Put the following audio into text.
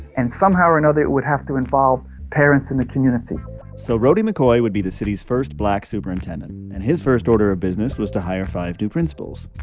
and somehow or another, it would have to involve parents in the community so rhody mccoy would be the city's first black superintendent, and his first order of business was to hire five new principals.